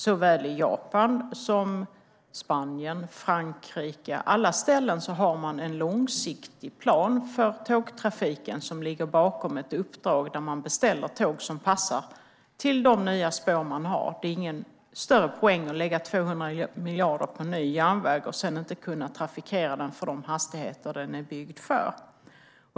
Såväl i Japan som i Spanien och Frankrike, på alla ställen, har man en långsiktig plan för tågtrafiken som ligger bakom ett uppdrag där man beställer tåg som passar till de nya spår man har. Det är ingen större poäng med att lägga 200 miljarder på ny järnväg om man inte kan trafikera den i de hastigheter den är byggd för.